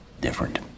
different